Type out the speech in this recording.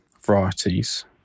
varieties